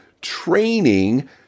training